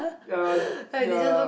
ya ya